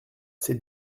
c’est